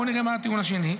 בוא נראה מה הטיעון השני,